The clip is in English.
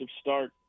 start